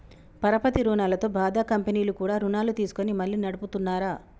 పరపతి రుణాలతో బాధ కంపెనీలు కూడా రుణాలు తీసుకొని మళ్లీ నడుపుతున్నార